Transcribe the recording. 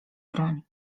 broń